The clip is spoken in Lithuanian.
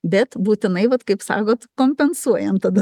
bet būtinai vat kaip sakot kompensuojam tada